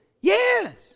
Yes